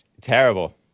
terrible